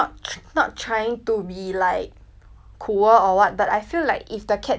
cruel or what but I feel like if the cat do this to me right I won't have the guts to keep it ah